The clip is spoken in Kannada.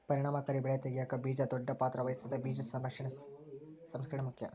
ಪರಿಣಾಮಕಾರಿ ಬೆಳೆ ತೆಗ್ಯಾಕ ಬೀಜ ದೊಡ್ಡ ಪಾತ್ರ ವಹಿಸ್ತದ ಬೀಜ ಸಂರಕ್ಷಣೆ ಸಂಸ್ಕರಣೆ ಮುಖ್ಯ